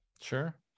Sure